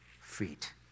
feet